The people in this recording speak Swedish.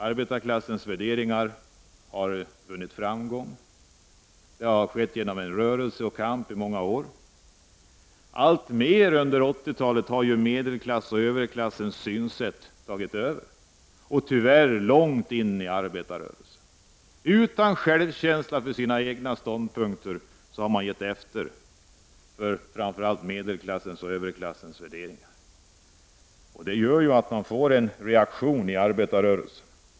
Arbetarklassens värderingar har vunnit framgång. Det har skett genom en mångårig kamp från rörelsens sida. Under 80-talet har medelklassens och överklassens synsätt tagits över, tyvärr långt in i arbetarrörelsens led. Utan känsla för sina egna ståndpunkter har man givit efter för framför allt medelklassens och överklassens värderingar. Det gör ju att man får en reaktion i arbetarrörelsen.